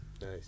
Nice